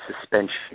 suspension